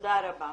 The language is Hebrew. תודה רבה.